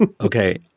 okay